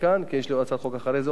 כי יש לי הצעת חוק אחרי זה עוד פעם.